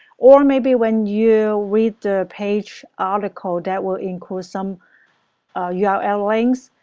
or may be when you read the page article that would included some yeah url links,